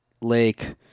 Lake